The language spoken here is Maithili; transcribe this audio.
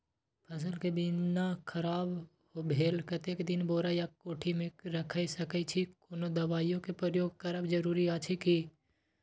फसल के बीना खराब भेल कतेक दिन बोरा या कोठी मे रयख सकैछी, कोनो दबाईयो के प्रयोग करब जरूरी अछि की?